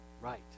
right